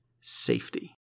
safety